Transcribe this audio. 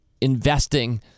investing